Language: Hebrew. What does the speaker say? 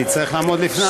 אני צריך לעמוד לפני הדגל.